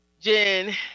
Jen